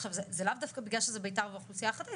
זה לאו דווקא בגלל שזה ביתר ואוכלוסייה חרדית,